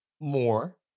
more